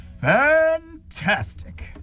Fantastic